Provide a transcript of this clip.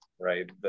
right